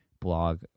blog